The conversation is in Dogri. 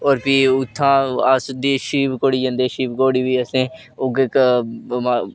और फ्ही उत्थां दा और फिह् अस शिबखोडी जंदे शिबखोडी बी असें उऐ